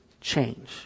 change